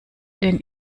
den